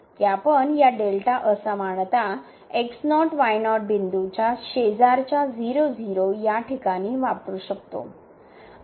की आपण या डेल्टा असमानता बिंदूच्या शेजारच्या 0 0 या ठिकाणी वापरू शकतो